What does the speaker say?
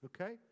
okay